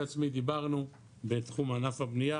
דיברנו על רישוי עצמי בתחום ענף הבניה,